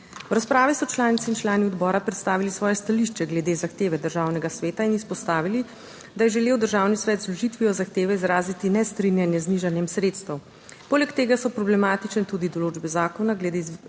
V razpravi so članice in člani odbora predstavili svoje stališče glede zahteve Državnega sveta in izpostavili, da je želel Državni svet z vložitvijo zahteve izraziti nestrinjanje z znižanjem sredstev. Poleg tega so problematične tudi določbe zakona glede višine